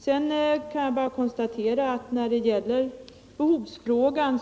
Sedan kan jag bara konstatera att vi har en annan uppfattning när det gäller behovsfrågan.